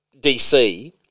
DC